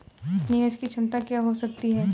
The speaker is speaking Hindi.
निवेश की क्षमता क्या हो सकती है?